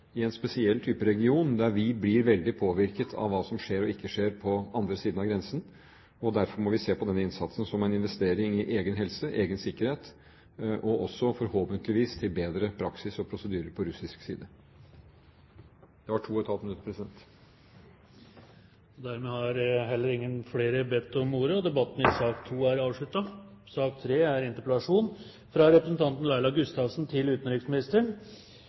i en spesiell type region der vi blir veldig påvirket av hva som skjer og ikke skjer på den andre siden av grensen. Derfor må vi se på denne innsatsen som en investering i egen helse, egen sikkerhet og også forhåpentligvis til bedre praksis og prosedyre på russisk side. Det var to og et halvt minutt, president. Flere har ikke bedt om ordet til sak nr. 2. Det er